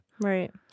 Right